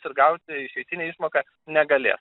ir gauti išeitinę išmoką negalės